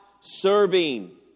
serving